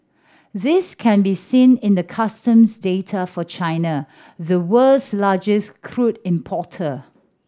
this can be seen in the customs data for China the world's largest crude importer